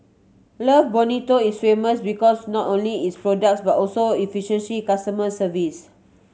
love Bonito is famous because not only its products but also efficiency customer service